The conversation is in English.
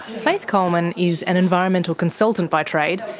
faith coleman is an environmental consultant by trade,